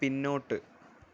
പിന്നോട്ട്